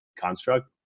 construct